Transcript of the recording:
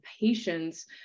patients